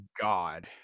God